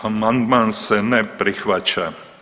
Amandman se ne prihvaća.